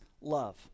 love